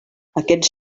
aquests